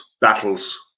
battles